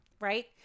right